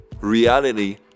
reality